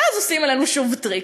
ואז עושים עלינו שוב טריק.